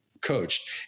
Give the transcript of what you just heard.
coached